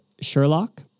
Sherlock